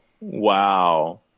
Wow